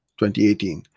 2018